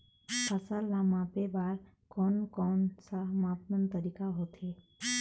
फसल ला मापे बार कोन कौन सा मापन तरीका होथे?